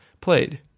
played